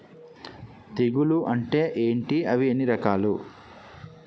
తెగులు అంటే ఏంటి అవి ఎన్ని రకాలు?